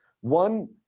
One